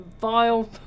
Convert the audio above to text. vile